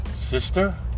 sister